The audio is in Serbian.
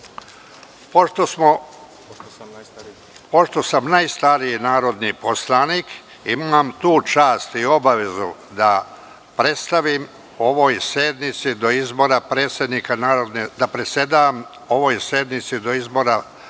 sam najstariji narodni poslanik, imam tu čast i obavezu da predsedavam ovoj sednici, do izbora